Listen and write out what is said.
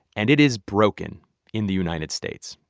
and it is broken in the united states.